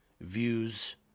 views